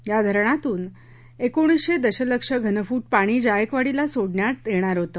या धरणातून एकोणीसशे दशलक्ष घनफूट पाणी जायकवाडीला सोडण्यात येणार होते